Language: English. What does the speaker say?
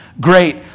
great